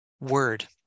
word